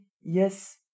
yes